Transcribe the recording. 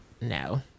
No